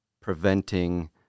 preventing